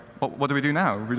what do we do now?